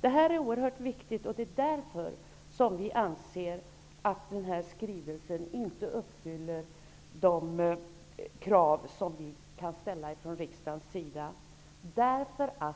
Det här är oerhört viktigt. Vi socialdemokrater anser därför att denna skrivelse inte uppfyller de krav som riksdagen kan ställa.